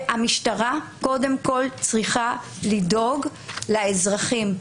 המשטרה קודם כול צריכה לדאוג לאזרחים,